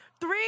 Three